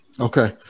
Okay